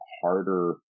harder